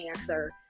answer